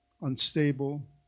Unstable